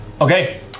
Okay